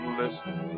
listen